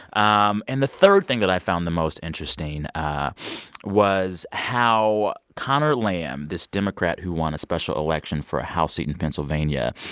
um and the third thing that i found the most interesting ah was how conor lamb, this democrat who won a special election for a house seat in pennsylvania,